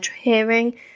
hearing